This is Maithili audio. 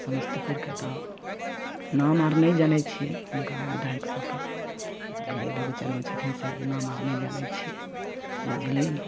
समस्तीपुरके तऽ नाम आर नहि जानै छियै हुनका बिधायक सबके बुझलियै दूगो चारिगो छै से नाम आर नहि जानै छियै बुझलियै ने